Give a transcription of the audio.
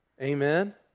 Amen